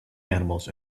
animals